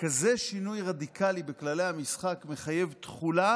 כזה שינוי רדיקלי בכללי המשחק מחייב תחולה